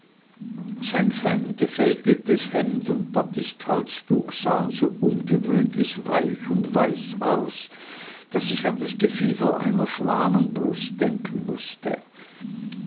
sein fein gefälteltes hemd und batisthalstuch sahen so ungewöhnlich weich und weiß aus daß ich an das gefieder einer schwanenbrust denken mußte